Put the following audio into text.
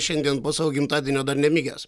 šiandien po savo gimtadienio dar nemigęs